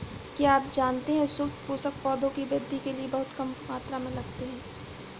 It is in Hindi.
क्या आप जानते है सूक्ष्म पोषक, पौधों की वृद्धि के लिये बहुत कम मात्रा में लगते हैं?